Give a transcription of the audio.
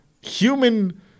human